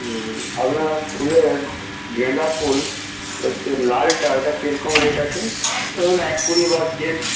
আপনার ফুলের গাঁদা ফুল ওই যে লালটা ওটা কি রকম রেট আছে ধরুন এক কুড়ি বা